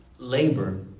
labor